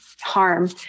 harm